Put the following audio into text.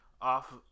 off